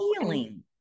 healing